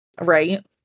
Right